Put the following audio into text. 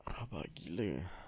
rabak gila ah